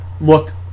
looked